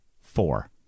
four